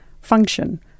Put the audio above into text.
function